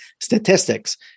statistics